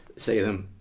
say them.